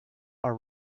are